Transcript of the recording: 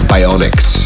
Bionics